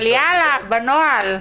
אבל יאללה, בנוהל.